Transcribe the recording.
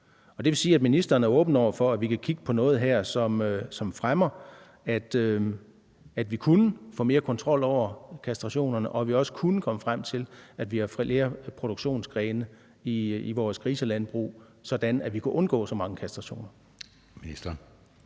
det vil sige, at ministeren er åben over for, at vi kan kigge på noget her, som fremmer, at vi kunne få mere kontrol over kastrationerne, og at vi også kunne komme frem til, at vi har flere produktionsgrene i vores griselandbrug, sådan at vi kan undgå så mange kastrationer.